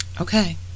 okay